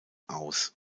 aus